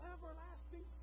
Everlasting